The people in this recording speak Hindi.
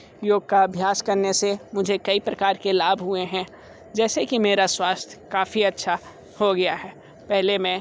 योग का अभयास करने से मुझे कई प्रकार के लाभ हुए हैं जैसे कि मेरा स्वस्थ्य काफ़ी अच्छा हो गया है पहले मैं